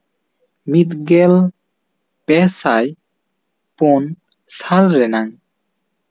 ᱢᱤᱫᱜᱮᱞ ᱯᱮᱥᱟᱭ ᱯᱩᱱ ᱥᱟᱞ ᱨᱮᱱᱟᱝ